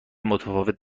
متفاوت